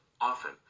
often